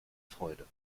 freude